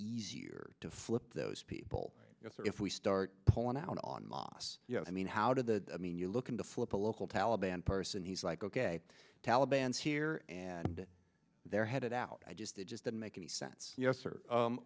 easier to flip those people if we start pulling out on moss i mean how do the i mean you're looking to flip a local taliban person he's like ok taliban's here and they're headed out i just it just doesn't make any sense yes sir